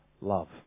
love